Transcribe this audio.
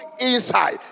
inside